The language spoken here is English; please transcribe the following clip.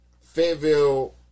Fayetteville